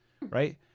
right